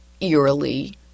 eerily